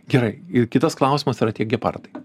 gerai ir kitas klausimas yra tie gepardai